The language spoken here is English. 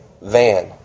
van